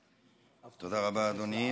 תודה רבה, אדוני.